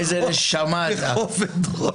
בכובד ראש.